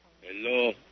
Hello